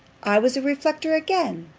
i was a reflector again!